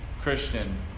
Christian